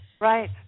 Right